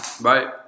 Bye